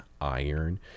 iron